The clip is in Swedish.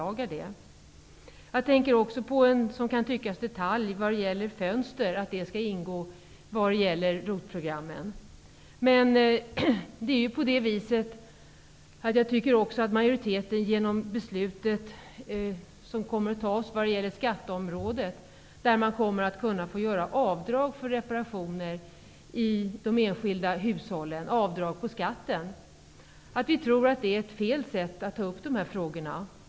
Vidare tänker jag på något som man kan uppfatta som en detalj, nämligen vårt förslag om att åtgärder beträffande fönster skall ingå i Dessutom tror vi i fråga om det majoritetsbeslut som kommer att fattas vad gäller skatteområdet och som gör det möjligt för de enskilda hushållen att göra avdrag på skatten för reparationer att det är fel sätt att ta upp de här frågorna.